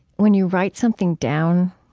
when you write something down,